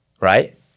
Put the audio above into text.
Right